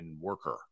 worker